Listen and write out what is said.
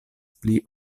pli